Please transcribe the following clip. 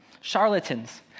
charlatans